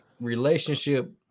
relationship